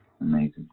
Amazing